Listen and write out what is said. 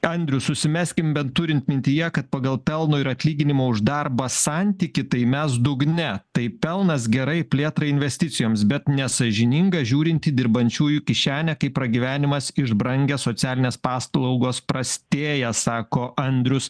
andrius susimeskim bent turint mintyje kad pagal pelno ir atlyginimo už darbą santykį tai mes dugne tai pelnas gerai plėtrai investicijoms bet nesąžininga žiūrint dirbančiųjų kišenę kaip pragyvenimas išbrangęs socialinės paslaugos prastėja sako andrius